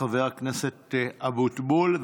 חבר הכנסת אבוטבול,